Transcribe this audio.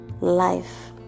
life